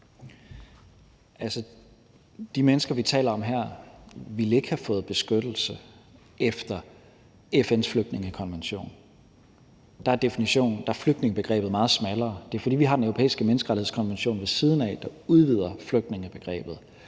de mennesker, vi taler om her, ville ikke have fået beskyttelse efter FN's flygtningekonvention. Der er flygtningebegrebet meget smallere. Det er, fordi vi har Den Europæiske Menneskerettighedskonvention ved siden af, der udvider flygtningebegrebet,